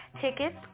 Tickets